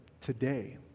today